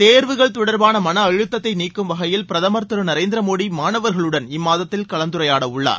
தேர்வுகள் தொடர்பான மன அழுத்தத்தை நீக்கும் வகையில் பிரதமர் திரு நரேந்திர மோதி மாணவர்களுடன் இம்மாதத்தில் கலந்துரையாடவுள்ளார்